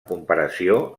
comparació